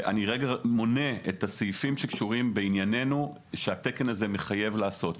אני מונה את הסעיפים שקשורים בעניינינו שהתקן הזה מחייב לעשות.